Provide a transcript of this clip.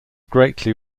greatly